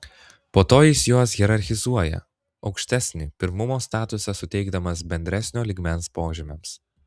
po to jis juos hierarchizuoja aukštesnį pirmumo statusą suteikdamas bendresnio lygmens požymiams